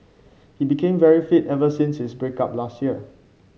he became very fit ever since his break up last year